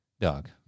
Dog